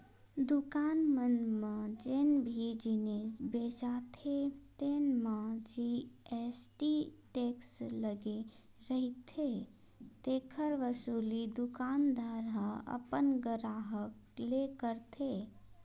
दुकान मन म जेन भी जिनिस बेचाथे तेन म जी.एस.टी टेक्स लगे रहिथे तेखर वसूली दुकानदार ह अपन गराहक ले करथे